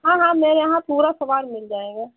हाँ मेरे यहाँ पूरा सामान मिल जाएगा